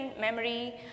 memory